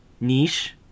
niche